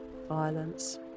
violence